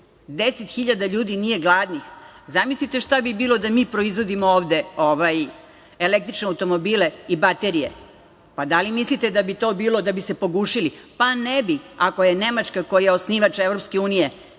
10 hiljada ljudi nije gladnih. Zamislite šta bi bilo da mi proizvodimo ovde električne automobile i baterije? Pa da li mislite da bi to bilo da bi se pogušili? Pa ne bi. Ako Nemačka koja je osnivač